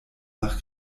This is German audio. nach